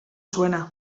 suena